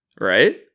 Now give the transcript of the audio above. Right